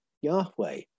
Yahweh